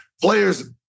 players